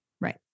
Right